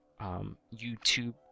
YouTube